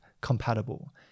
compatible